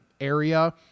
area